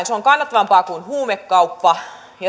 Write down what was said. se on kannattavampaa kuin huumekauppa